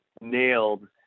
nailed